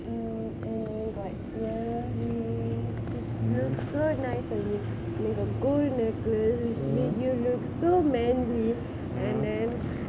mm mm you got earrings which look so nice on you and the gold necklace which make you look so manly and then